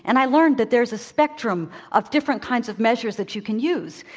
and i learned that there's a spectrum of different kinds of measures that you can use.